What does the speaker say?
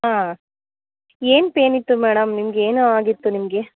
ಹಾಂ ಏನು ಪೇನ್ ಇತ್ತು ಮೇಡಮ್ ನಿಮ್ಗೆ ಏನು ಆಗಿತ್ತು ನಿಮಗೆ